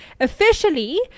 Officially